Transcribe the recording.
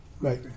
right